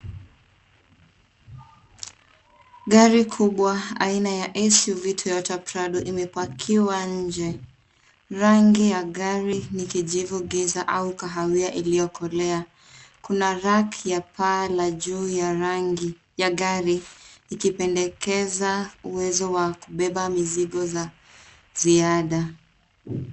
Gari kubwa aina ya s u v Toyota prado imepakiwa nje. Rangi ya gari ni kijivu giza au kahawia iliyokolea. Kuna rack ya paa la juu ya rangi ya gari ikipendekeza uwezo wa kubeba mizigo za ziada.